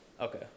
Okay